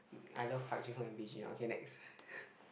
I love Park Ji hoon and B_G okay next